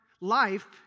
life